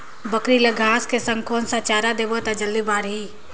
बकरी ल घांस के संग कौन चारा देबो त जल्दी बढाही?